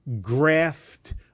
graft